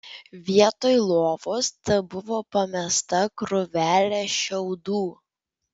vietoj lovos tebuvo pamesta krūvelė šiaudų